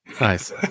Nice